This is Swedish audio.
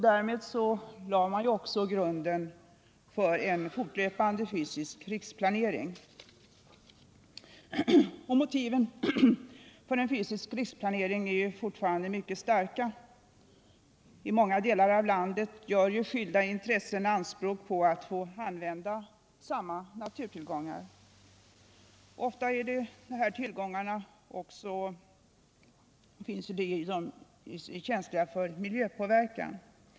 Därmed lade man också grunden för en fortlöpande fysisk riksplanering. Motiven för en fysisk riksplanering är fortfarande mycket starka. I många delar av landet gör skilda intressen anspråk på att få använda 29 samma naturtillgångar. Ofta är de här tillgångarna också känsliga för miljöpåverkan.